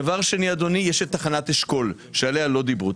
דבר שני תחנת אשכול שעליה לא דיברו.